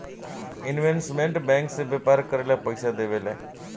investment bank से व्यापार करेला पइसा देवेले